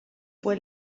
fue